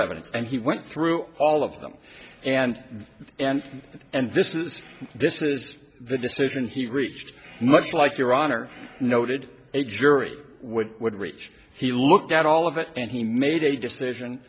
evidence and he went through all of them and and and this is this is the decision he reached much like your honor noted a jury which would reach he looked at all of it and he made a decision